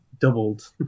Doubled